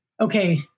okay